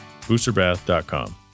BoosterBath.com